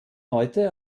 heute